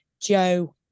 Joe